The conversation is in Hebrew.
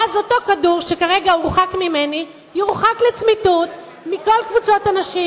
ואז אותו כדור שכרגע הורחק ממני יורחק לצמיתות מכל קבוצות הנשים.